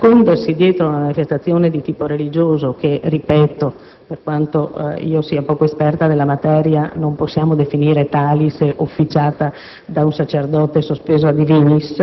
proprio nel nascondersi dietro ad una manifestazione di tipo religioso che - ripeto - per quanto sia poco esperta della materia, non possiamo definire tale se officiata